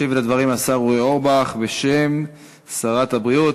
ישיב על הדברים השר אורי אורבך, בשם שרת הבריאות.